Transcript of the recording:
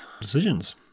decisions